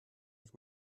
ich